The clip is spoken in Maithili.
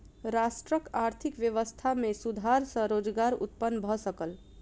राष्ट्रक आर्थिक व्यवस्था में सुधार सॅ रोजगार उत्पन्न भ सकल